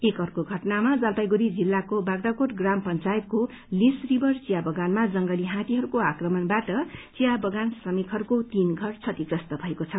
एक अर्को घटनामा जलपाईगुड़ी जिल्लाको बाप्राकोट ग्राम पंचायतको लिस रिभर चिया बगानमा जंगली हार्थीहरूको आक्कमणबाट चिया बगान श्रमिकहरूको तीन घर क्षतिप्रस्त भएको छ